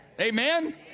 Amen